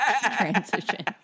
transition